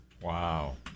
Wow